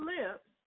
lips